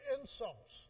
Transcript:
insults